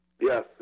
Yes